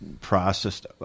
processed